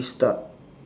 restart